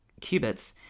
qubits